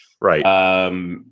right